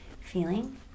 feeling